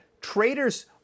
traders